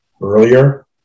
earlier